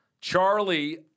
Charlie